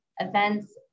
events